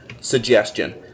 Suggestion